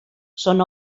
són